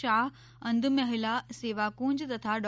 શાહ અંધ મહિલા સેવા કુંજ તથા ડો